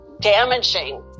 damaging